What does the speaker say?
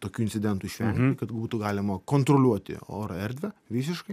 tokių incidentų išvengti kad būtų galima kontroliuoti oro erdvę visiškai